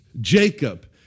Jacob